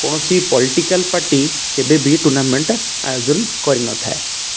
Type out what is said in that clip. କୌଣସି political party କେବେ ବିି ଟୁର୍ଣ୍ଣାମେଣ୍ଟ୍ ଆୟୋଜନ କରିନଥାଏ